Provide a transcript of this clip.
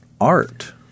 art